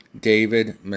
David